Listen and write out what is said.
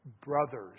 brothers